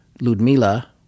Ludmila